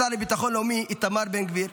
השר לביטחון לאומי איתמר בן גביר,